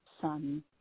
sun